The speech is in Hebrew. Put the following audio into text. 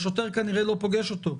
השוטר כנראה לא פוגש אותו,